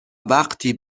وقتی